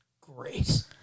great